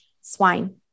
swine